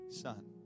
son